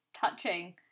touching